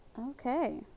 okay